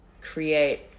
create